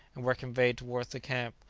and were conveyed towards the camp,